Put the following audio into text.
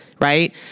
right